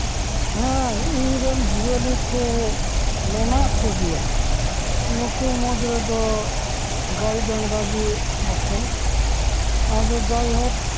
ᱦᱮᱸ ᱤᱧ ᱨᱮᱱ ᱡᱤᱭᱟᱹᱞᱤ ᱠᱚ ᱢᱮᱱᱟᱜ ᱠᱚᱜᱮᱭᱟ ᱱᱩᱠᱩ ᱢᱩᱫᱽ ᱨᱮᱫᱚ ᱜᱟᱹᱭ ᱰᱟᱝᱨᱟ ᱜᱮ ᱟᱥᱚᱞ ᱟᱫᱚ ᱡᱟᱭᱦᱳᱠ